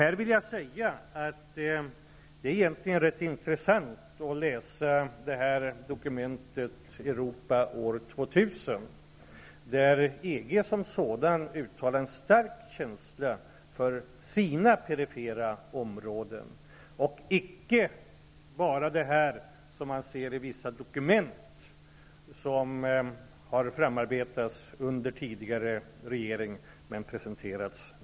Här vill jag säga att det egentligen är rätt intressant att läsa dokumentet Europa år 2000, där EG som sådant uttalar en stark känsla för sina perifera områden. Det är icke bara fråga om det man ser i vissa dokument som har framarbetats under tidigare regering men som nu presenterats.